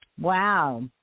Wow